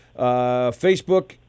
Facebook